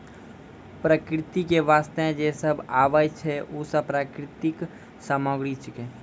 प्रकृति क वास्ते जे सब आबै छै, उ सब प्राकृतिक सामग्री छिकै